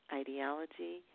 ideology